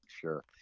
sure